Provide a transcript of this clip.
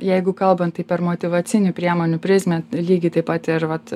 jeigu kalbant tai per motyvacinių priemonių prizmę lygiai taip pat ir vat